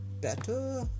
better